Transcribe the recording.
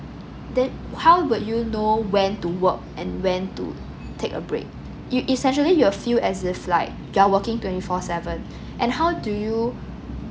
then how would you know when to work and when to take a break you essentially you'll feel as if like you're working twenty four seven and how do you